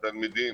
בתלמידים.